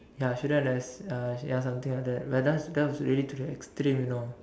ya shouldn't have uh ya something like that but that that was really to the extreme you know